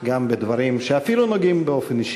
גם בדברים שאפילו נוגעים באופן אישי.